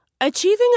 Achieving